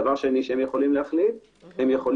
דבר שני הם יכולים להחליט למשל,